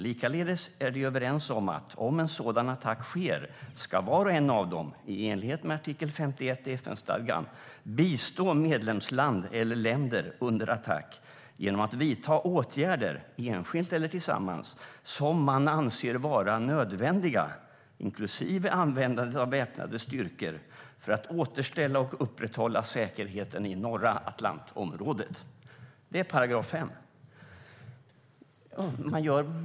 Likaledes är de överens om att om en sådan attack sker ska var och en av dem, i enlighet med artikel 51 i FN-stadgan, bistå medlemsland eller länder under attack genom att vidta åtgärder, enskilt eller tillsammans, som man anser vara nödvändiga, inklusive användandet av väpnade styrkor, för att återställa och upprätthålla säkerheten i norra Atlantområdet. Det är § 5.